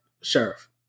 sheriff